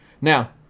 Now